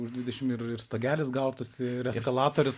už dvidešimt ir ir stogelis gautųsi ir eskalatorius